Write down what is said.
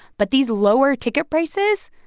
but these lower ticket prices,